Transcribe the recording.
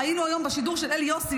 ראינו היום בשידור של אלי יוסי,